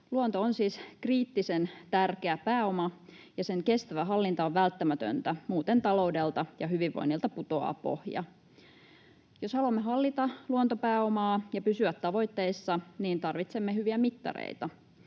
Luonto on siis kriittisen tärkeä pääoma, ja sen kestävä hallinta on välttämätöntä, muuten taloudelta ja hyvinvoinnilta putoaa pohja. Jos haluamme hallita luontopääomaa ja pysyä tavoitteissa, niin tarvitsemme hyviä mittareita.